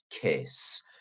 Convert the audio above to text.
kiss